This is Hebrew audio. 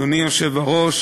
אדוני היושב-ראש,